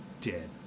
dead